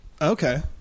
Okay